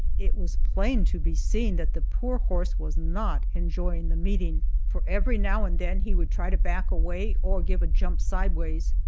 it was plain to be seen that the poor horse was not enjoying the meeting, for every now and then he would try to back away, or give a jump sideways.